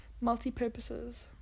multi-purposes